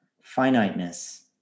finiteness